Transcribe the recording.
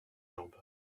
jambes